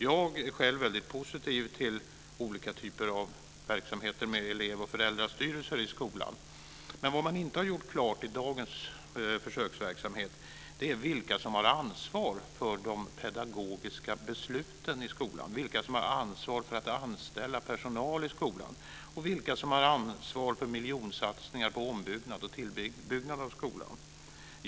Jag är själv väldigt positiv till olika typer av verksamhet med elev och föräldrastyrelse i skolan. Men vad man inte har gjort klart i dagens försöksverksamhet är vilka som har ansvar för de pedagogiska besluten i skolan, vilka som har ansvar för att anställa personal i skolan, och vilka som har ansvar för miljonsatsningar på ombyggnad och tillbyggnad av skolan.